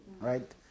Right